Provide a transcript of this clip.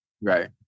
right